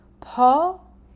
Paul